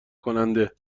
کننده